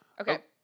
Okay